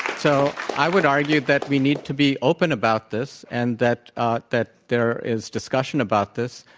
so, i would argue that we need to be open about this and that ah that there is discussion about this.